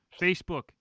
Facebook